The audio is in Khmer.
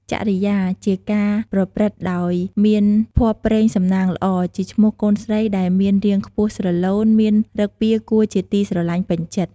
ចរិយា ជាការប្រព្រឹត្តដោយមានភ័ព្វព្រេងសំណាងល្អ ជាឈ្មោះកូនស្រីដែលមានរាងខ្ពស់ស្រឡូនមានឫកពាគួរជាទីស្រឡាញ់ពេញចិត្ត ។